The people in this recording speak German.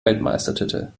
weltmeistertitel